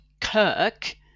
Kirk